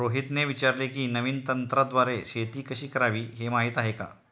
रोहितने विचारले की, नवीन तंत्राद्वारे शेती कशी करावी, हे माहीत आहे का?